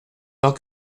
pas